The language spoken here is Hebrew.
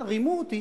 אמר, רימו אותי.